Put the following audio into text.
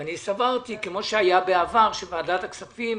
אני סברתי, כמו שהיה בעבר, שוועדת הכספים,